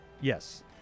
yes